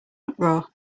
uproar